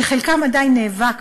שחלקם עדיין נאבק